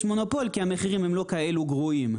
מונופול כי המחירים הם לא כאלה גרועים.